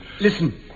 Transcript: Listen